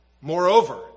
Moreover